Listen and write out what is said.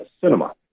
cinema